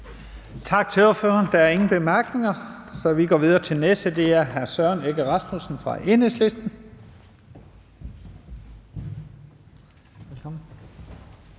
Tak til ordføreren. Der er ingen korte bemærkninger, så vi går videre til den næste, og det er hr. Søren Egge Rasmussen fra Enhedslisten.